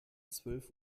zwölf